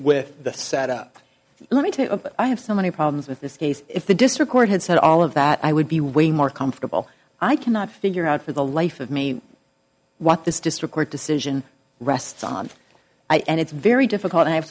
with the set up let me tell you i have so many problems with this case if the district court had said all of that i would be way more comfortable i cannot figure out for the life of me what this district court decision rests on i and it's very difficult a